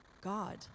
God